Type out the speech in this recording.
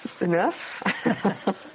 Enough